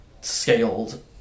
scaled